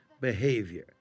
behavior